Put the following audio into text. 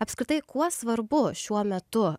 apskritai kuo svarbu šiuo metu